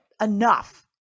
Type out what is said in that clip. enough